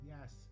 Yes